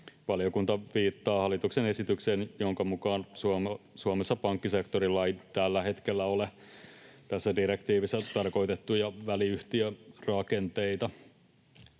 Valiokunta viittaa hallituksen esitykseen, jonka mukaan Suomessa pankkisektorilla ei tällä hetkellä ole tässä direktiivissä tarkoitettuja väliyhtiörakenteita.